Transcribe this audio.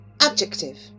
adjective